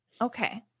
Okay